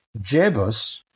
Jebus